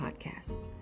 podcast